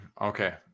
Okay